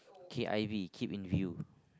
K_I_V keep in view